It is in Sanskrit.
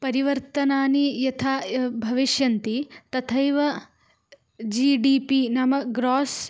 परिवर्तनानि यथा य भविष्यन्ति तथैव जि डि पि नाम ग्रोस्स्